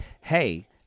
Hey